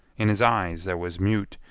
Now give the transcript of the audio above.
in his eyes there was mute,